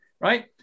right